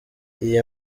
iyi